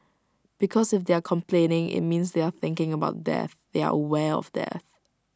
because if they are complaining IT means they are thinking about death they are aware of death